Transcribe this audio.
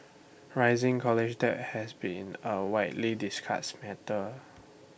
rising college debt has been A widely discussed matter